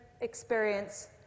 experience